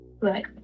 right